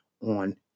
on